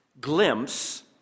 glimpse